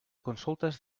consultes